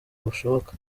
bushoboka